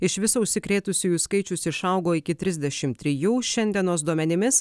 iš viso užsikrėtusiųjų skaičius išaugo iki trisdešim trijų šiandienos duomenimis